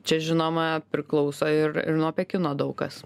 čia žinoma priklauso ir ir nuo pekino daug kas